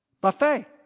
buffet